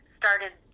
started